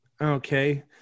Okay